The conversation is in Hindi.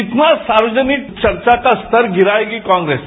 कितना सार्वजनिक चर्चा का स्तर गिराएगी कांग्रेस